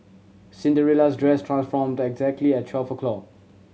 Cinderella's dress transformed exactly at twelve o'clock